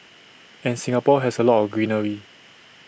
and Singapore has A lot of greenery